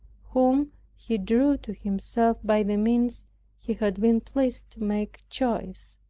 whom he drew to himself by the means he had been pleased to make choice.